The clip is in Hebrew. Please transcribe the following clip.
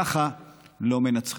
ככה לא מנצחים.